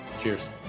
Cheers